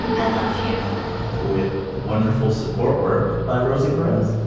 has a few with wonderful support work by rosie perez.